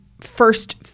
first